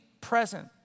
present